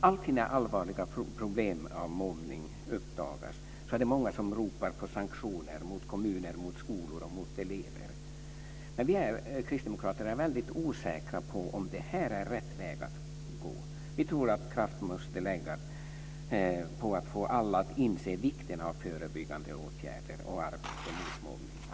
Alltid när allvarliga problem med mobbning uppdagas är det många som ropar på sanktioner mot kommuner, skolor och elever. Men vi kristdemokrater är väldigt osäkra på om det är rätt väg att gå. Vi tror att kraft måste läggas på att få alla att inse vikten av förebyggande åtgärder och arbete mot mobbning.